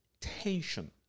tension